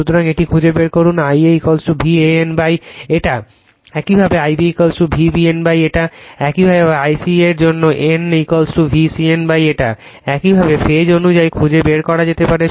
সুতরাং এটি খুঁজে বের করুন I a V AN এটা একইভাবে I b V BN এটা একইভাবে I c এর জন্য n VCN এটা একইভাবে ফেজ অনুযায়ী খুঁজে বের করা যেতে পারে